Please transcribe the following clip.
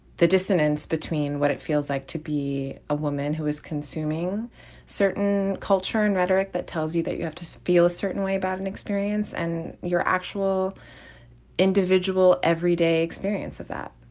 the dissonance between what it feels like to be a woman who is consuming certain culture and rhetoric that tells you that you have to so feel a certain way about an experience and your actual individual everyday experience of that